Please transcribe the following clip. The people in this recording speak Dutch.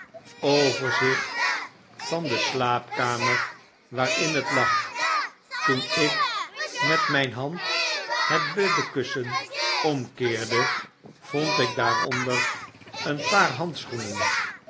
overzicht van de slaapkamer waarin het lag toen ik met myn hand het bedkussen omkeerde vond ik daaronder een paar handschoenen